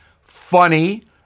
funny